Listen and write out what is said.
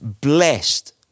Blessed